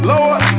Lord